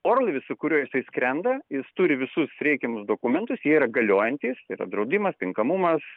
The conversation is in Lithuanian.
orlaivis su kuriuo jisai skrenda jis turi visus reikiamus dokumentus jie yra galiojantys tai yra draudimas tinkamumas